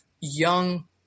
young